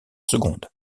seconde